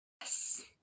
yes